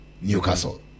Newcastle